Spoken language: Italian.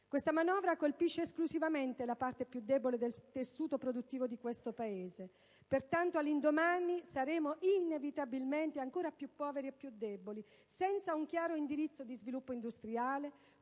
Questa manovra colpisce esclusivamente la parte più debole del tessuto produttivo del Paese. Pertanto, all'indomani saremo inevitabilmente ancora più poveri e più deboli, senza un chiaro indirizzo di sviluppo industriale,